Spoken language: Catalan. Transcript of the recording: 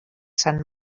sant